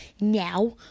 now